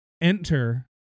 Enter